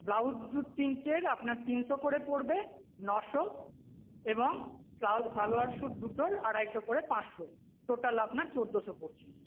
blouse দু তিনটের আপনার তিনশো করে পড়বে নশো এবং সালোয়ার স্যুট দুটোর আড়াইশো করে পাঁচশো টোটাল আপনার চোদ্দোশো পড়ছে